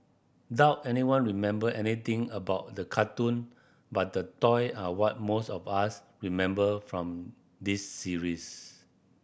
doubt anyone remember anything about the cartoon but the toy are what most of us remember from this series